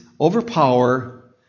overpower